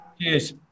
Cheers